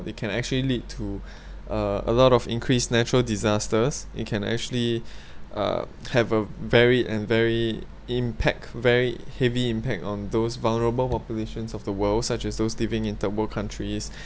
it can actually lead to a a lot of increase national disasters it can actually uh have a very and very impact very heavy impact on those vulnerable populations of the world such as those living in third world countries